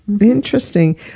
Interesting